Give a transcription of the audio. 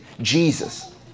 Jesus